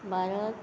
Bharat